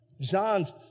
John's